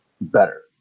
better